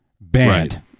Banned